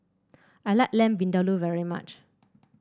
I like Lamb Vindaloo very much